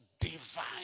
divine